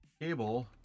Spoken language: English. cable